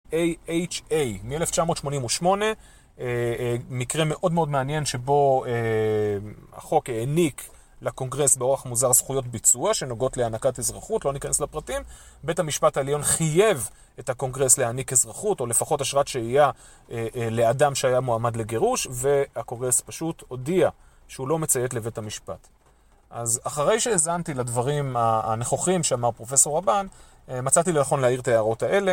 AHA, מ-1988, מקרה מאוד מאוד מעניין שבו החוק העניק לקונגרס באורח מוזר זכויות ביצוע שנוגעות להענקת אזרחות, לא ניכנס לפרטים, בית המשפט העליון חייב את הקונגרס להעניק אזרחות, או לפחות אשרת שהיה לאדם שהיה מועמד לגירוש, והקונגרס פשוט הודיע שהוא לא מציית לבית המשפט. אז אחרי שהאזנתי לדברים הנכוחים שאמר פרופסור רובן, מצאתי לנכון להעיר את ההערות האלה